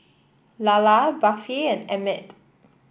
Lalla Buffy and Emmett